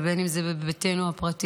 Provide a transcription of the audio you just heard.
ובין אם זה בביתנו הפרטי,